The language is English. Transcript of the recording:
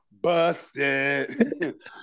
Busted